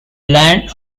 land